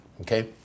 Okay